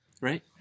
right